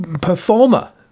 performer